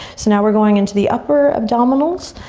so now we're going into the upper abdominals.